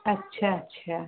अच्छा अच्छा